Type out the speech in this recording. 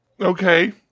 Okay